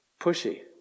pushy